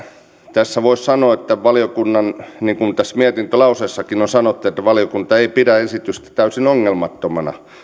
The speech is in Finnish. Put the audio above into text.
tässä voisi sanoa niin kuin valiokunnan mietintölauseessakin on sanottu että valiokunta ei pidä esitystä täysin ongelmattomana